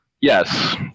Yes